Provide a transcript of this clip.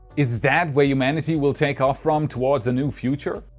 is that, where humanity will take off from towards a new future?